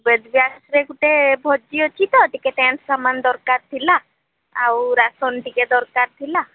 ଯେ ଗୋଟେ ଭୋଜି ଅଛି ତ ଟିକେ ସାମାନ ଦରକାର ଥିଲା ଆଉ ରାସନ୍ ଟିକେ ଦରକାର ଥିଲା